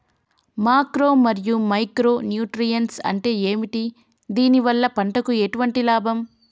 Macro మరియు micro nutrients అంటే ఏమిటి? దీనివల్ల పంటకు ఎటువంటి లాభం?